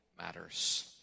matters